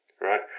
right